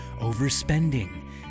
overspending